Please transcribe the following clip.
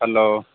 hello